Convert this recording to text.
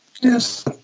Yes